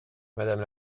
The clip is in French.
madame